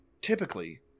typically